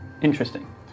Interesting